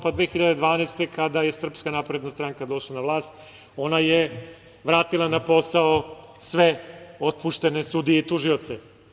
Godine 2012. kada je Srpska napredna stranka došla na vlast, ona je vratila na posao sve otpuštene sudije i tužioce.